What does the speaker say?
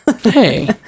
Hey